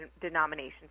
denominations